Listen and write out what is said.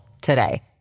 today